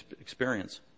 experience